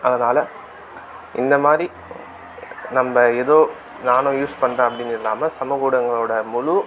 அதனால் இந்த மாதிரி நம்ம ஏதோ நானும் யூஸ் பண்ணுறேன் அப்படின்னு இல்லாமல் சமூக ஊடகங்களோடய முழு